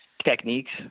Techniques